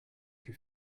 que